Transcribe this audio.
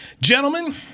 Gentlemen